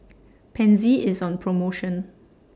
Pansy IS on promotion